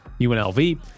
UNLV